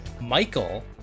Michael